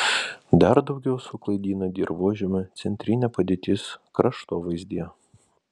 dar daugiau suklaidina dirvožemio centrinė padėtis kraštovaizdyje